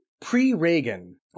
pre-Reagan